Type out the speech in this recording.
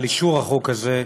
על אישור החוק הזה.